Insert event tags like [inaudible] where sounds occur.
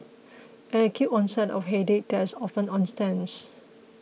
an acute onset of headache that is often [unintelligible]